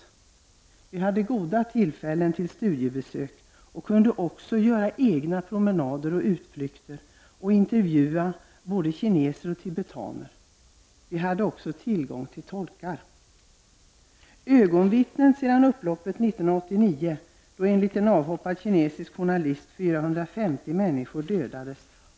Vi hade goda tillfällen till studiebesök och kunde också göra egna promenadero ch utflykter och intervjua både kineser och tibetaner. Vi hade också tillgång till tolkar. Jag har också haft tillfällen att intervjua ögonvittnen från upploppet 1989, då enligt en avhoppad kinesisk journalist 400 människor dödades.